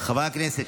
חברי הכנסת,